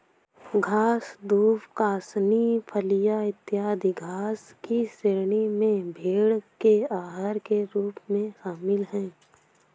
घास, दूब, कासनी, फलियाँ, इत्यादि घास की श्रेणी में भेंड़ के आहार के रूप में शामिल है